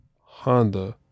Honda